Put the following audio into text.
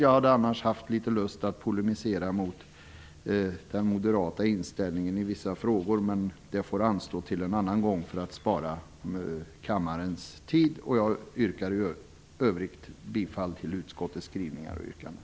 Jag hade litet lust att polemisera ifråga om den moderata inställningen i vissa frågor, men för att spara kammarens tid låter jag det anstå till en annan gång. I övrigt yrkar jag bifall till hemställan i betänkandet.